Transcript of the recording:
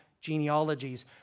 genealogies